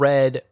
Red